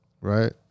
right